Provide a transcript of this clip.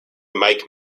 mike